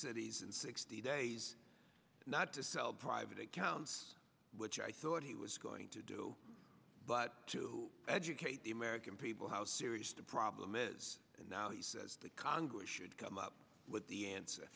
cities in sixty days not to sell private accounts which i thought he was going to do but to educate the american people how serious the problem is and now he says that congress should come up with the answer